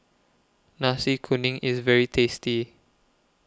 Nasi Kuning IS very tasty